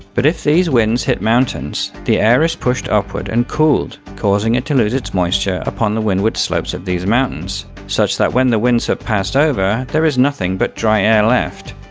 but if these winds hit mountains, the air is pushed upward and cooled, causing it to lose its moisture upon the windward slopes of these mountains, such that when the winds have passed over, there is nothing but dry air left,